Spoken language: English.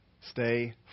Stay